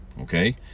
okay